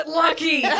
lucky